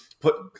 Put